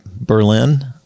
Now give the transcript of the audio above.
Berlin